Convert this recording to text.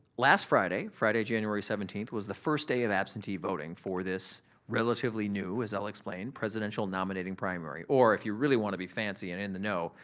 last friday, friday, january seventeen was the first day of absentee voting for this relatively new, as i'll explain, presidential nominating primary or if you really wanna be fancy and in the know,